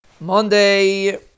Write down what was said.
Monday